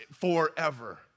forever